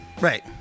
right